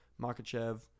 Makachev